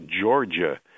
Georgia